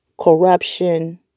corruption